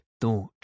thought